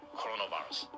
coronavirus